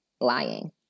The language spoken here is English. lying